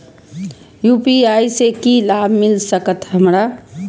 UPI से की लाभ मिल सकत हमरा?